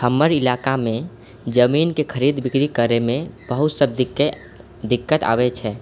हमर इलाकामे जमीनके खरीद बिक्री करेमे बहुत सब दिक्कत आबै छै